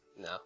no